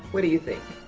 what do you think?